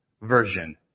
version